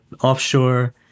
offshore